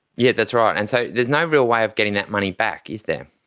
yeah that's right. and so there's no real way of getting that money back, is there?